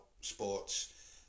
sports